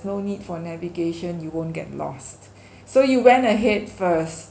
no need for navigation you won't get lost so you went ahead first